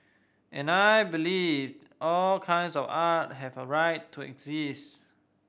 and I believe all kinds of art have a right to exist